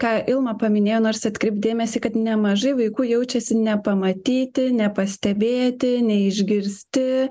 ką ilma paminėjo noris atkreipt dėmesį kad nemažai vaikų jaučiasi nepamatyti nepastebėti neišgirsti